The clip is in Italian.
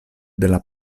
della